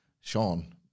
Sean